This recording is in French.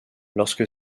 lorsque